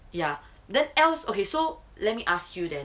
ya then el's okay so let me ask you then